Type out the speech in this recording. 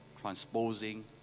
transposing